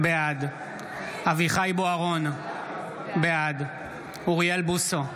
בעד אביחי אברהם בוארון, בעד אוריאל בוסו,